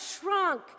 shrunk